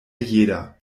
jeder